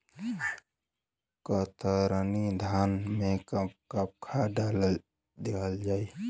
कतरनी धान में कब कब खाद दहल जाई?